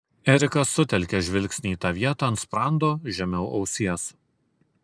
erikas sutelkė žvilgsnį į tą vietą ant sprando žemiau ausies